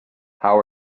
how